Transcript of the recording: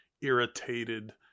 irritated